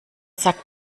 sagt